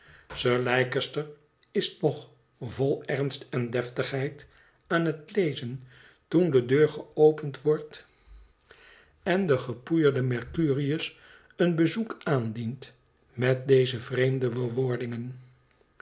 sir leicester is nog vol ernst en deftigheid aan het lezen toen de deur geopend wordt en de gepoeierde mercurius een bezoek aandient met deze vreemde bewoordingen